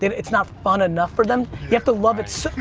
it's not fun enough for them. you have to love it.